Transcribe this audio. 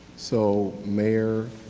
so, mayor,